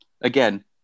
Again